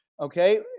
Okay